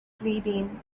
bleeding